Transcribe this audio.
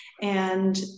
and-